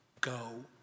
go